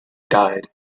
died